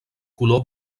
color